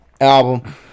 album